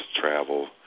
travel